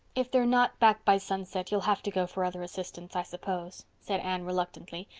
if they're not back by sunset you'll have to go for other assistance, i suppose, said anne reluctantly,